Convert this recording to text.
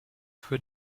für